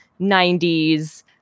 90s